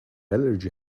allergy